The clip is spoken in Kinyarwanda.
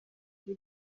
ari